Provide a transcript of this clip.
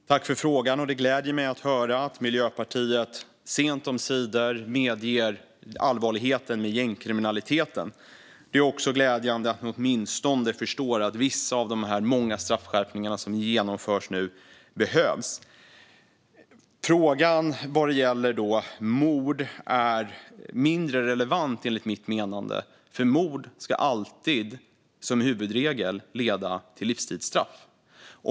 Fru talman! Tack för frågan, Malte Roos! Det gläder mig att höra att Miljöpartiet sent omsider medger allvaret i gängkriminaliteten. Det är också glädjande att MP förstår att åtminstone vissa av de många straffskärpningar som genomförs nu behövs. Frågan om mord är mindre relevant, enligt mitt förmenande. Mord ska som huvudregel alltid leda till livstidsstraff.